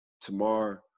tomorrow